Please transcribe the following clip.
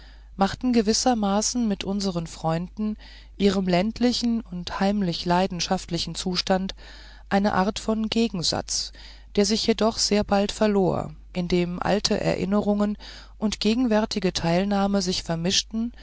machten gewissermaßen mit unsern freunden ihrem ländlichen und heimlich leidenschaftlichen zustande eine art von gegensatz der sich jedoch sehr bald verlor indem alte erinnerungen und gegenwärtige teilnahme sich vermischten